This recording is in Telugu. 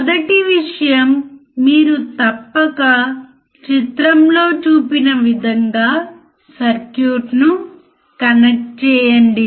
మార్చడం వల్ల ఉపయోగం లేనందున నేను సర్క్యూట్ మార్చలేదు